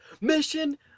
Mission